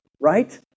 right